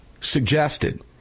suggested